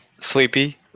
sleepy